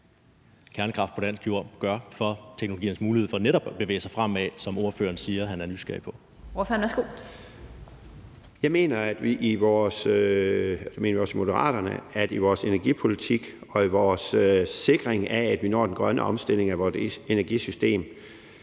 og Moderaterne mener, at vi i vores energipolitik og i vores mål om at sikre, at vi når den grønne omstilling af vores energisystem,